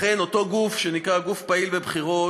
לכן, אותו גוף שנקרא "גוף פעיל בבחירות"